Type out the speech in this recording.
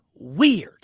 weird